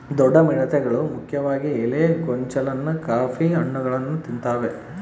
ದೊಡ್ಡ ಮಿಡತೆಗಳು ಮುಖ್ಯವಾಗಿ ಎಲೆ ಗೊಂಚಲನ್ನ ಕಾಫಿ ಹಣ್ಣುಗಳನ್ನ ತಿಂತಾವೆ